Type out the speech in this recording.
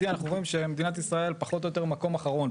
אנחנו רואים שמדינת ישראל פחות או יותר מקום אחרון.